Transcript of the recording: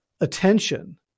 attention